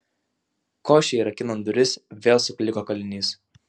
košei rakinant duris vėl sukliko kalinys